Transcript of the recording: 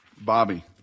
Bobby